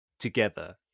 Together